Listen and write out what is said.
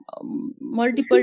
multiple